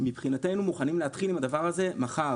ומבחינתנו, אנחנו מוכנים להתחיל עם הדבר הזה מחר.